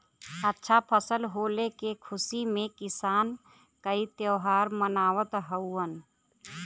अच्छा फसल होले के खुशी में किसान कई त्यौहार मनावत हउवन